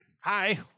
Hi